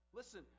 listen